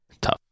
tough